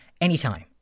anytime